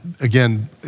Again